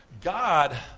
God